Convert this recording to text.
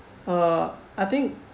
uh I think